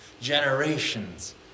Generations